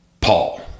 Paul